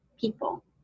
people